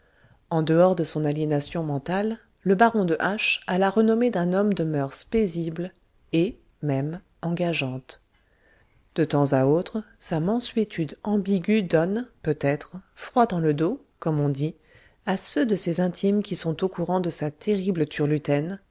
en dehors de son aliénation mentale le baron de h a la renommée d'un homme de mœurs paisibles et même engageantes de temps à autre sa mansuétude ambiguë donne peut-être froid dans le dos comme on dit à ceux de ses intimes qui sont au courant de sa terrible